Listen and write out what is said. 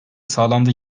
sağlandı